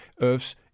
Earth's